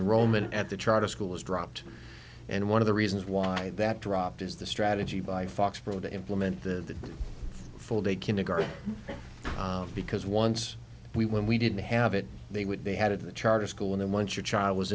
enrollment at the charter school was dropped and one of the reasons why that dropped is the strategy by foxboro to implement the full day kindergarten because once we when we didn't have it they would they had a charter school and once your child was